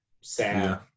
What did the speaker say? sad